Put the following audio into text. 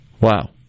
Wow